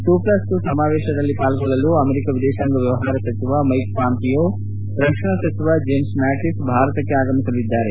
to plus two ಸಮಾವೇಶದಲ್ಲಿ ಪಾಲ್ಗೊಳ್ಳಲು America ವಿದೇಶಾಂಗ ವ್ಯವಹಾರ ಸಚಿವ ಮೈಕ್ ಪಾಂಪಿಯೊ ಹಾಗೂ ರಕ್ಷಣಾ ಸಚಿವ ಜೇಮ್ಸ್ ಮ್ಯಾಟಿಸ್ ಭಾರತಕ್ಕೆ ಆಗಮಿಸಲಿದ್ದಾರೆ